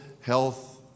health